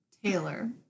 Taylor